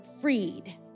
freed